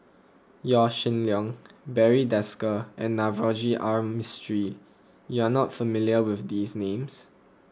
Yaw Shin Leong Barry Desker and Navroji R Mistri you are not familiar with these names